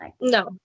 No